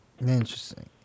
Interesting